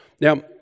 now